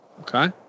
Okay